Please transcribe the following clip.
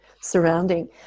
surrounding